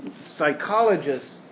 psychologists